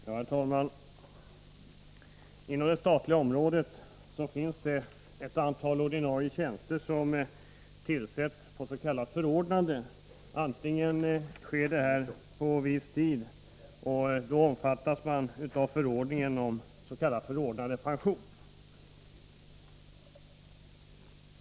Herr talman! Inom det statliga området finns ett antal ordinarie tjänster som tillsätts på s.k. förordnande. Det kan ske på viss tid, och då omfattas man av förordningen om s.k. förordnandepension.